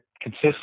consists